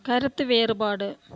கருத்து வேறுபாடு